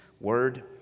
word